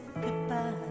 goodbye